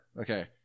Okay